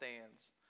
stands